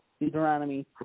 Deuteronomy